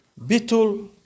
Bitul